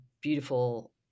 beautiful